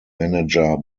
manager